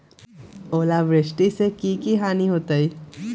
ओलावृष्टि से की की हानि होतै?